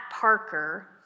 Parker